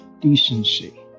decency